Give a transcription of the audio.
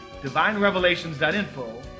divinerevelations.info